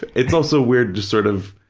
it's also weird to sort of,